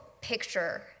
picture